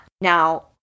Now